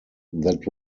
that